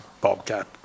bobcat